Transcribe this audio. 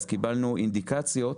קיבלנו אינדיקציות.